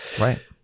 right